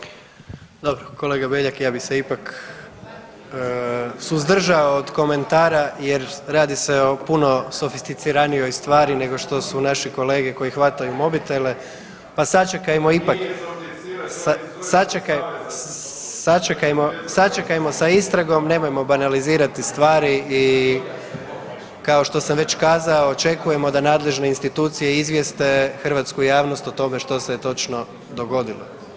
Dobro, kolega Beljak ja bi se ipak suzdržao od komentara jer radi se o puno sofisticiranijoj stvari nego što su naši kolege koji hvataju mobitele pa sačekajmo ipak, sačekajmo sa istragom nemojmo banalizirati stvari i kao što sam već kazao očekujemo da nadležne institucije izvijeste hrvatsku javnost o tome što se točno dogodilo.